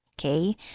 okay